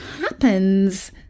happens